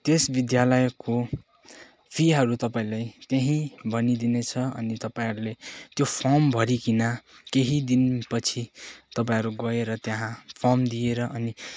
त्यस विद्यालयको फीहरू तपाईँलाई त्यही भनिदिनेछ अनि तपाईँहरूले त्यो फर्म भरिकिन केही दिनपछि तपाईँहरू गएर त्यहाँ फर्म दिएर अनि